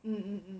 mm mm